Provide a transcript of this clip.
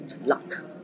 luck